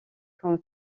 comme